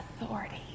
authority